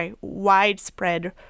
widespread